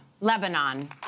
Lebanon